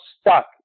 stuck